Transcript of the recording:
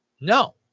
No